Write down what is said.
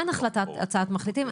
אין הצעת מחליטים,